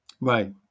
Right